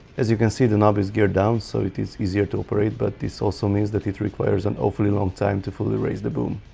as you can see the knob is geared down so it is easier to operate but this also means that it requires an awfully long time to fully raise the boom